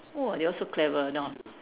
!wow! you all so clever nowadays